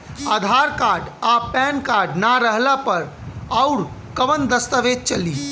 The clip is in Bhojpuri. आधार कार्ड आ पेन कार्ड ना रहला पर अउरकवन दस्तावेज चली?